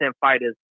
fighters